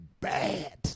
bad